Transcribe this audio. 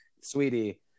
sweetie